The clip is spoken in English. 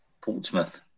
Portsmouth